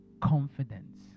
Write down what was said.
confidence